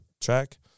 track